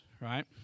right